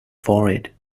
forehead